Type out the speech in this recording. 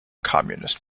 communist